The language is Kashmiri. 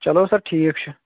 چلو سر ٹھیٖک چھُ